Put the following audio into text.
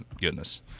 goodness